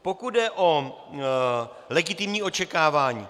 Pokud jde o legitimní očekávání.